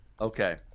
Okay